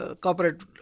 corporate